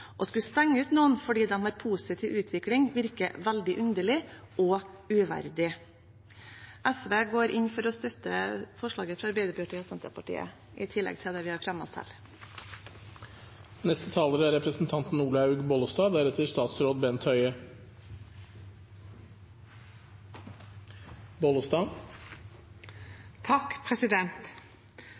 Å skulle stenge noen ute fordi de har en positiv utvikling, virker veldig underlig og uverdig. SV går inn for å støtte forslagene fra Arbeiderpartiet og Senterpartiet, i tillegg til dem vi selv har